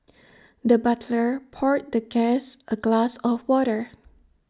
the butler poured the guest A glass of water